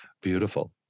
beautiful